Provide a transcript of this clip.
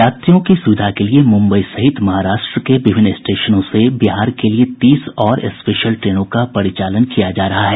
यात्रियों की सुविधा के लिए मुम्बई सहित महाराष्ट्र के विभिन्न स्टेशनों से बिहार के लिए तीस और स्पेशल ट्रेनों का परिचालन किया जा रहा है